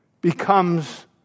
becomes